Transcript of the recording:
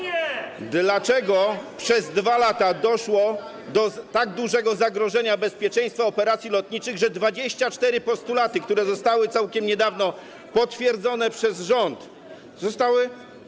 i dlaczego przez 2 lata doszło do tak dużego zagrożenia bezpieczeństwa operacji lotniczych, że 24 postulaty, które zostały całkiem niedawno potwierdzone przez rząd, zostały.